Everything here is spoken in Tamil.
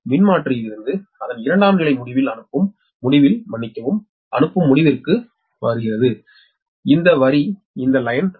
மின்மாற்றியிலிருந்து அதன் இரண்டாம் நிலை முடிவில் அனுப்பும் முடிவில் மன்னிக்கவும் அனுப்பும் முடிவிற்கு உணவளிக்கிறது